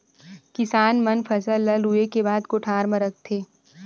किसान मन फसल ल लूए के बाद कोठर म राखथे